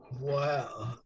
Wow